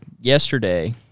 yesterday